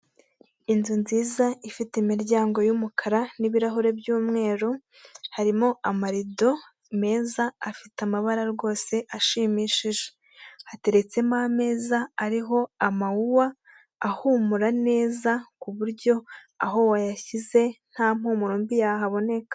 Inzu nziza ifite imiryango y'umukara n'ibirahuri by'umweru harimo amarido meza afite amabara rwose ashimishije hateretsemo, hateretsemo ameza ariho amawuwa ahumura neza k'uburyo aho wayashyize nta mpumuro mbi yahaboneka.